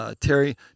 Terry